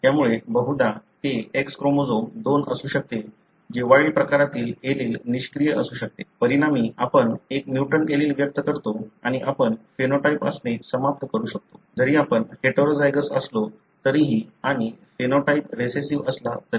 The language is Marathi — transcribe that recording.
त्यामुळे बहुधा ते X क्रोमोसोम 2 असू शकते जे वाइल्ड प्रकारातील एलील निष्क्रिय असू शकते परिणामी आपण एक म्युटंट एलील व्यक्त करतो आणि आपण फेनोटाइप असणे समाप्त करू शकतो जरी आपण हेटेरोझायगस असलो तरीही आणि फेनोटाइप रिसेस्सीव्ह असला तरीही